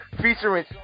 featuring